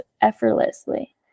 effortlessly